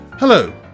Hello